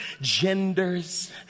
genders